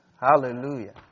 Hallelujah